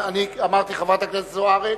אני אמרתי, חברת הכנסת זוארץ,